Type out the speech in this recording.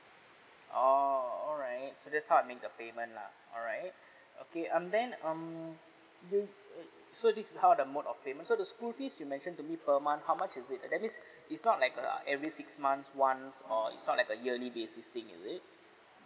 oh alright so that's how I make the payment lah alright okay um then um you uh so this is how the mode of payment so the school fees you mention to me per month how much is it that means it's not like a every six months once or is not that yearly basis thing is it